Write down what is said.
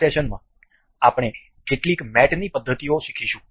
આ સેશનમાં આપણે કેટલીક મેટની પદ્ધતિઓ શીખીશું